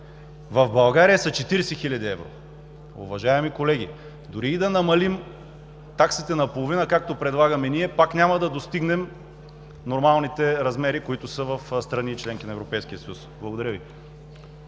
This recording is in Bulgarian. в България са 40 хил. евро. Уважаеми колеги, дори да намалим таксите наполовина, както предлагаме ние, пак няма да достигнем нормалните размери, които са в страни – членки на Европейския съюз. Благодаря Ви.